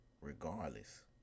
regardless